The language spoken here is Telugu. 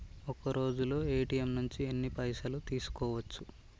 ఒక్కరోజులో ఏ.టి.ఎమ్ నుంచి ఎన్ని పైసలు తీసుకోవచ్చు?